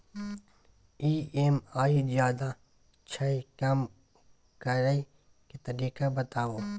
EMI ज्यादा छै कम करै के तरीका बताबू?